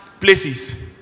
places